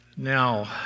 Now